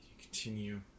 continue